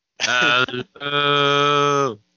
hello